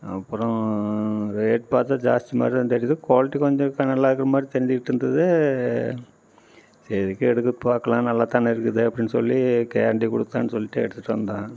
அப்புறோம் ரேட் பார்த்தா ஜாஸ்தி மாதிரி தான் தெரியுது குவாலிட்டி கொஞ்சம் நல்லாயிருக்குற மாதிரி தெரிஞ்சுக்கிட்டு இருந்தது சரி எதுக்கும் எடுத்து பார்க்கலாம் நல்லா தானே இருக்குதே அப்படினு சொல்லி கேரண்டி கொடுதான்னு சொல்லிகிட்டு எடுத்துகிட்டு வந்தேன்